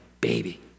baby